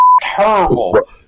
terrible